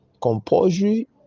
compulsory